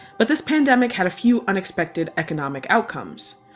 but this pandemic had a few unexpected economic outcomes.